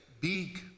big